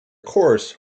courses